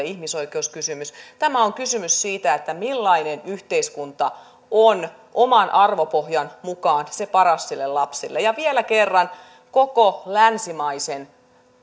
ihmisoikeuskysymys tämä on kysymys siitä millainen yhteiskunta on oman arvopohjan mukaan paras sille lapselle ja vielä kerran koko länsimaisten